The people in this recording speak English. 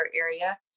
area